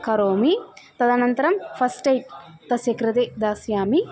करोमि तदनन्तरं first aid तस्य कृते दास्यामि